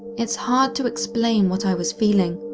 it's hard to explain what i was feeling,